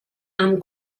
amb